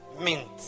Mint